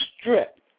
Strip